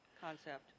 concept